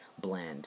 blend